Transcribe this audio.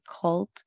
cult